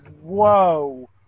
whoa